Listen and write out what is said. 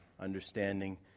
understanding